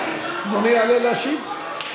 אדוני יעלה להשיב.